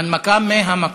הנמקה מהמקום.